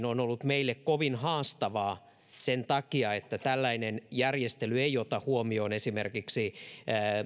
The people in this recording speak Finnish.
on ollut meille kovin haastavaa sen takia että tällainen järjestely ei ota huomioon esimerkiksi